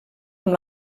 amb